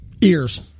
Ears